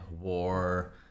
war